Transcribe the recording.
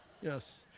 Yes